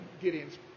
Gideon's